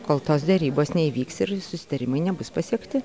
kol tos derybos neįvyks ir susitarimai nebus pasiekti